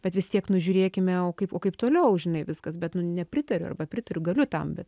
bet vis tiek nu žiūrėkime o kaip o kaip toliau žinai viskas bet nepritariu arba pritariu galiu tam bet